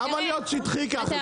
למה להיות שטחי ככה?